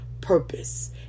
purpose